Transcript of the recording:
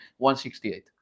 168